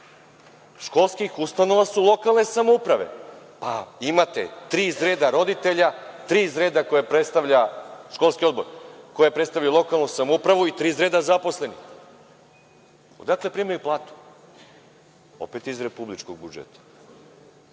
školskih ustanova su lokalne samouprave, pa imate tri iz reda roditelja, tri iz reda koje predstavlja školski odbor, koje predstavljaju lokalnu samoupravu i tri iz reda zaposlenih. Odakle primaju platu? Opet iz republičkog budžeta.